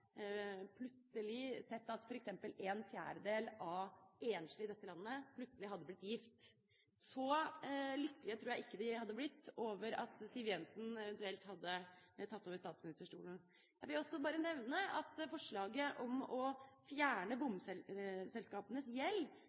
sett at f.eks. en fjerdedel av enslige i dette landet plutselig hadde blitt gift. Så lykkelige tror jeg ikke de hadde blitt over at Siv Jensen eventuelt hadde tatt over statsministerstolen. Jeg vil også bare nevne forslaget om å fjerne bomselskapenes gjeld